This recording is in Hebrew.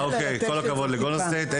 כל הכבוד לגולדן סטייט.